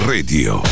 Radio